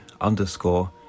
underscore